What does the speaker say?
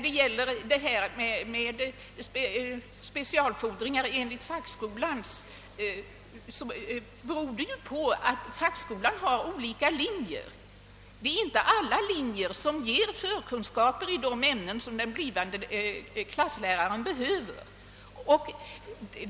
kunskaper i särskilt specificerade ämnen enligt fackskolans läroplan, så sammanhänger det med att fackskolan har olika linjer. Alla linjer i fackskolan ger inte förkunskaper i de ämnen som den blivande klassläraren behöver.